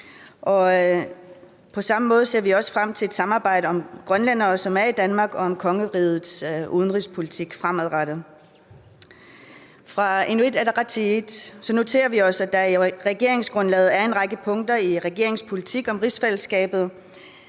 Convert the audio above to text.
På samme måde ser vi også frem til et samarbejde om de grønlændere, som er i Danmark, og om kongerigets udenrigspolitik fremadrettet. Fra Inuit Ataqatigiits side noterer vi os, at der i regeringsgrundlaget er en række punkter i regeringens politik om rigsfællesskabet,